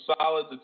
solid